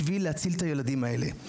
בשביל להציל את הילדים האלה.